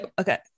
okay